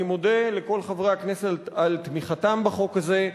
אני מודה לכל חברי הכנסת על תמיכתם בחוק הזה,